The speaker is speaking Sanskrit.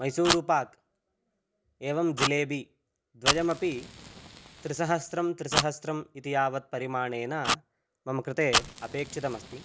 मैसूरुपाक् एवं जिलेबी द्वयमपि त्रिसहस्रं त्रिसहस्रम् इति यावत् परिमाणेन मम कृते अपेक्षितमस्ति